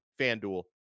FanDuel